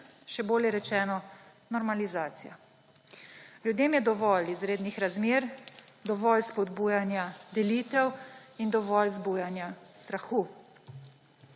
še bolje rečeno normalizacija. Ljudem je dovolj izrednih razmer, dovolj spodbujanja delitev in dovolj vzbujanja strahu.